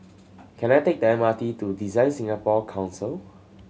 can I take the M R T to DesignSingapore Council